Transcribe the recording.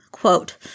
Quote